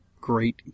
great